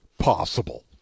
possible